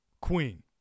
Queen